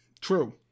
True